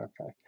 Okay